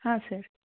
ಹಾಂ ಸರ್